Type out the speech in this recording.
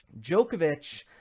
Djokovic